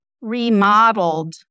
remodeled